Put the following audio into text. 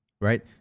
Right